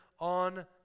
On